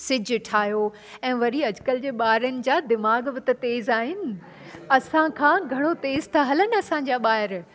सिज ठाहियो ऐं वरी अॼु कल्ह जे ॿारनि जा दिमाग़ बि त तेज़ आहिनि असांखां घणो तेज़ था हलनि असांजा ॿार